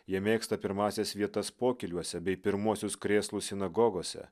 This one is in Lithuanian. jie mėgsta pirmąsias vietas pokyliuose bei pirmuosius krėslus sinagogose